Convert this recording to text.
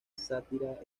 sátira